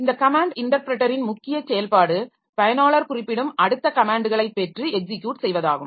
இந்த கமேன்ட் இன்டர்ப்ரெட்டரின் முக்கிய செயல்பாடு பயனாளர் குறிப்பிடும் அடுத்த கமேன்ட்களை பெற்று எக்ஸிக்யூட் செய்வதாகும்